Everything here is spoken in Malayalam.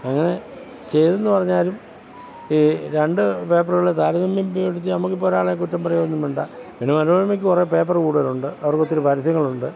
അങ്ങനെ ചെയ്തുവെന്ന് പറഞ്ഞാലും ഈ രണ്ടു പേപ്പറുകൾ താരതമ്യപ്പെടുത്തി നമുക്കിപ്പോൾ ഒരാളെ കുറ്റം പറയുകയും ഒന്നും വേണ്ട പിന്നെ മനോരമയ്ക്ക് കുറേ പേപ്പറ് കൂടുതലുണ്ട് അവർക്കൊത്തിരി പരസ്യങ്ങളുണ്ട്